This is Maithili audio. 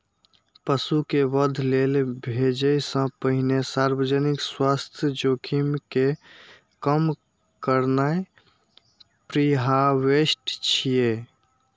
पशु कें वध लेल भेजै सं पहिने सार्वजनिक स्वास्थ्य जोखिम कें कम करनाय प्रीहार्वेस्ट छियै